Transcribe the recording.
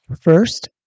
First